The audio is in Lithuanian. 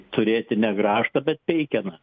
turėti ne grąžtą bet peikeną